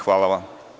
Hvala vam.